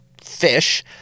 fish